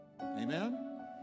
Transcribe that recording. Amen